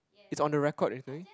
it's on the record you know